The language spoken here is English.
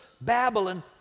Babylon